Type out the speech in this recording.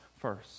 first